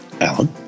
Alan